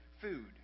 food